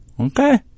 okay